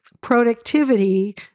Productivity